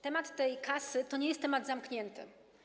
Temat tej kasy to nie jest temat zamknięty.